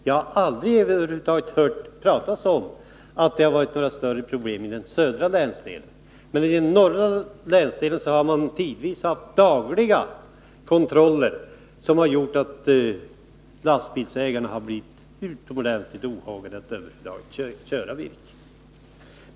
Jag har aldrig hört talas om några större problem i den södra länsdelen, men i den norra länsdelen har det tidvis varit dagliga kontroller, vilket har gjort att lastbilsägarna har blivit utomordentligt ohågade att över huvud taget köra virke.